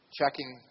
checking